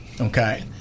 Okay